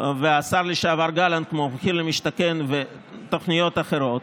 והשר לשעבר גלנט כמו מחיר למשתכן ותוכניות אחרות,